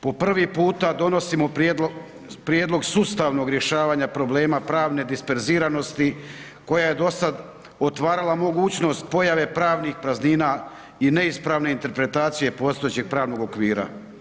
Po prvi puta donosimo prijedlog sustavnog rješavanja problema pravne disperziranosti koja je dosad otvarala mogućnost pojave pravnih praznina i neispravne interpretacije postojećeg pravnog okvira.